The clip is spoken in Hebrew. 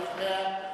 ואחריה,